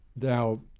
now